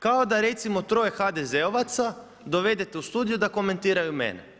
Kao da recimo troje HDZ-ovaca dovedete u studio da komentiraju mene.